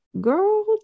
girl